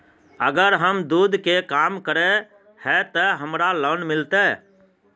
अगर हम दूध के काम करे है ते हमरा लोन मिलते?